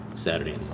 Saturday